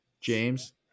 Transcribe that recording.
James